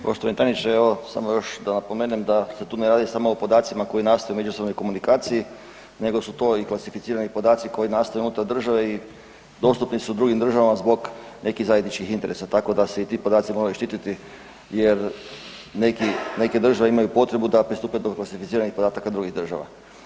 Poštovani tajniče, evo, samo još da napomenem da se tu ne radi samo o podacima koji nastaju u međusobnoj komunikaciji nego su to i klasificirani podaci koji nastaju unutar države i dostupni su u drugim državama zbog nekih zajedničkih interesa, tako da se i ti podaci moraju štititi jer neke države imaju potrebu da pristupe do klasificiranih podataka drugih država.